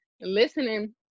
listening